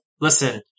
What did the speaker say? Listen